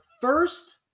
first